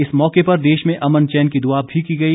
इस मौके पर देश में अमन चैन की दुआ भी की गई